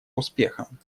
успехом